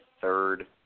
third